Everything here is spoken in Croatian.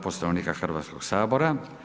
Poslovnika Hrvatskog sabora.